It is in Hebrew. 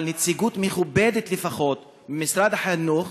אבל נציגות מכובדת לפחות ממשרד החינוך,